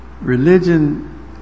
Religion